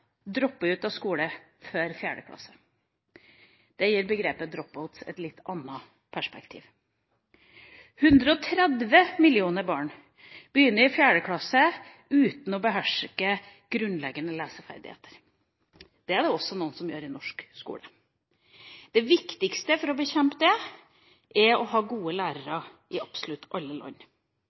dropper ut av skolen før fjerde klasse – det setter begrepet drop-outs i et litt annet perspektiv. 130 millioner barn begynner i fjerde klasse uten å beherske grunnleggende leseferdigheter. Det er det også noen som gjør i norsk skole. Det viktigste for å bekjempe det, er å ha gode lærere i absolutt alle land.